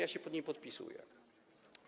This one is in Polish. Ja się pod nimi podpisuję.